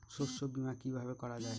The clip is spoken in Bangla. শস্য বীমা কিভাবে করা যায়?